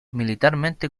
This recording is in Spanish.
militarmente